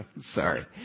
sorry